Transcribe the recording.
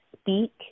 speak